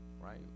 right